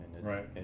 right